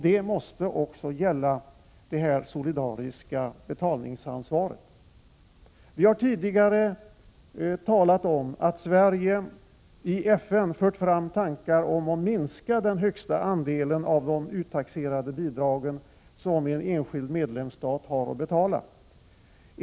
Det måste också gälla för det solidariska betalningsansvaret. Vi har tidigare talat om att Sverige i FN fört fram tankar om att minska den högsta andelen av de uttaxerade bidragen som en enskild medlemsstat har att betala.